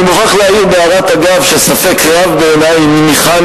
אני מוכרח להעיר בהערת אגב שספק רב בעיני אם ניחן